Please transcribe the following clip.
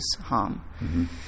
harm